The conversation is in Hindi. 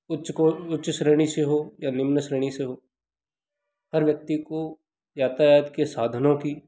उच्च को उच्च श्रेणी से हो या निम्न श्रेणी से हो हर व्यक्ति को यातायात के साधनों की